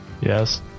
Yes